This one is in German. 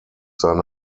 seine